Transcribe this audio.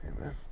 Amen